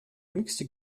höchste